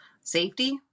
Safety